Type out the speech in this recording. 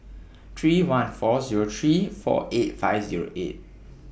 three one four Zero three four eight five Zero eight